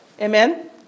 Amen